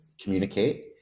communicate